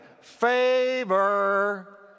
favor